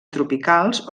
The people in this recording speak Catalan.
tropicals